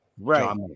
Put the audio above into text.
Right